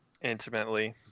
Intimately